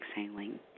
exhaling